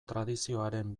tradizioaren